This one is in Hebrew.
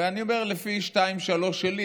ואני אומר: בשתיים-שלוש שלי,